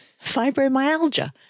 fibromyalgia